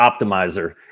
Optimizer